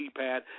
keypad